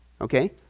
Okay